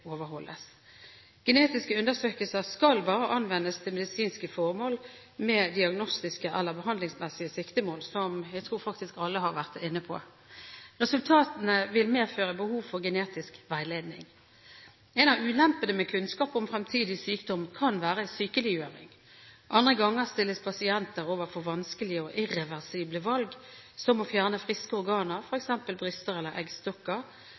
overholdes. Genetiske undersøkelser skal bare anvendes til medisinske formål med diagnostiske eller behandlingsmessige siktemål, som jeg tror alle faktisk har vært inne på. Resultatene vil medføre behov for genetisk veiledning. En av ulempene med kunnskap om fremtidig sykdom kan være sykeliggjøring. Andre ganger stilles pasienter overfor vanskelige og irreversible valg som å fjerne friske organer, f.eks. bryster eller eggstokker,